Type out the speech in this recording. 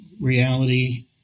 reality